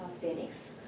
phoenix